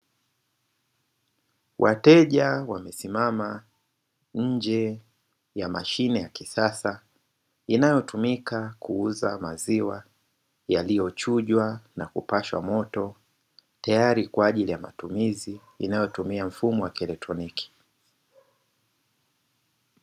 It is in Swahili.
Wateja wamesimama nje ya Mashine ya kisasa inayotumika kuuza maziwa yaliyo chujwa na kupashwa moto tayari kwa ajili ya matumizi, inayotumia mfumo wa kielektroniki.